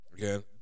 Again